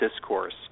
discourse